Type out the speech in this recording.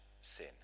sin